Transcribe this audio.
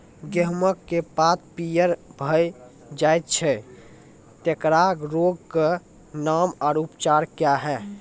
गेहूँमक पात पीअर भअ जायत छै, तेकरा रोगऽक नाम आ उपचार क्या है?